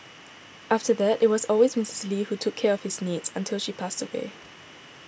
after that it was always Mistress Lee who took care of his needs until she passed away